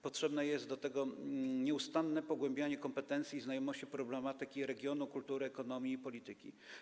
Potrzebne jest do tego nieustanne pogłębianie kompetencji i znajomości problematyki regionu, kultury, ekonomii i polityki.